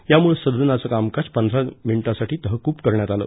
त्यामुळं सदनाचं कामकाज पंधरा मिनिटांसाठी तहकूब करण्यात आलं